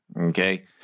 okay